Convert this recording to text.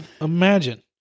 imagine